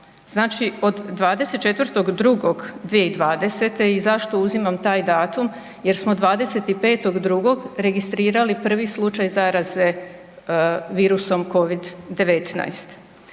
Znači od 24.2.2020. i zašto uzimam taj datum jer smo 25.2. registrirali prvi slučaj zaraze virusom Covid-19.